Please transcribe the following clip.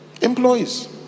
Employees